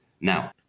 now